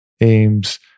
aims